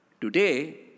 Today